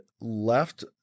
left